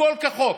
הכול כחוק,